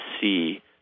see